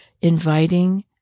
inviting